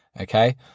okay